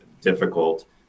difficult